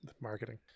marketing